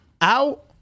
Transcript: out